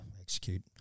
execute